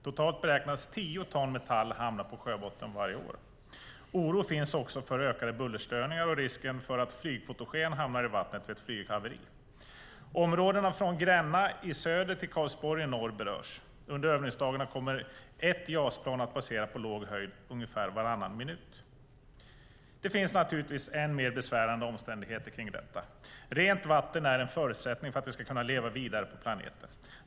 Totalt beräknas tio ton metall hamna på sjöbotten varje år. Oro finns också för ökade bullerstörningar och för risken att flygfotogen hamnar i vattnet vid ett flyghaveri. Områden från Gränna i söder till Karlsborg i norr berörs. Under övningsdagarna kommer ett JAS-plan att passera på låg höjd ungefär varannan minut. Det finns naturligtvis ännu mer besvärande omständigheter kring detta. Rent vatten är en förutsättning för att vi ska kunna leva vidare på planeten.